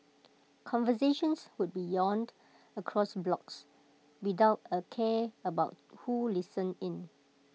conversations would be yelled across blocks without A care about who listened in